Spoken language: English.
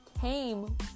came